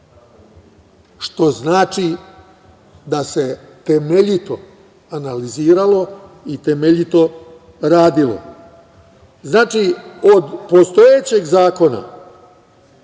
što znači da se temeljito analiziralo i temeljito radilo. Znači, od postojećeg zakona